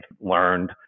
learned